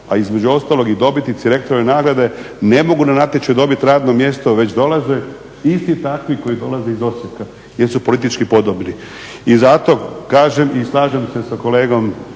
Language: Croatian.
a između i dobitnici … nagrade ne mogu na natječaju dobiti radno mjesto već dolaze, isti takvi koji dolaze iz Osijeka jer su politički podobni i zato kažem i slažem se sa kolegom